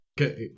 Okay